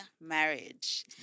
marriage